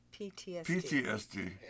PTSD